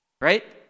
right